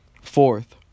fourth